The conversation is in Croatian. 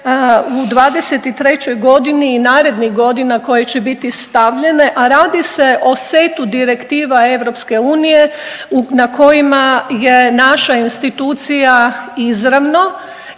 u 2023. godini i narednih godina koje će biti stavljene, a radi se o setu direktiva EU na kojima je naša institucija izravno